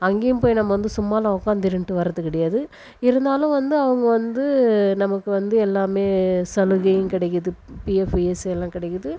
அங்கேயும் போய் நம்ம வந்து சும்மாலாம் உட்காந்து இருந்துகிட்டு வர்றது கிடையாது இருந்தாலும் வந்து அவங்க வந்து நமக்கு வந்து எல்லாமே சலுகையும் கிடைக்குது பிஎஃப் இஎஸ்ஐ எல்லாம் கிடைக்குது